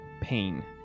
pain